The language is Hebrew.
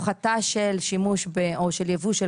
הפחתה של שימוש או של ייבוא של